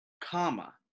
comma